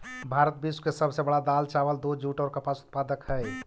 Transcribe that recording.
भारत विश्व के सब से बड़ा दाल, चावल, दूध, जुट और कपास उत्पादक हई